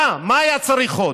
מה, מה היה צריך עוד?